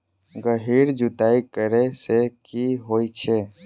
गहिर जुताई करैय सँ की होइ छै?